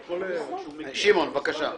בבקשה.